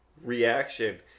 reaction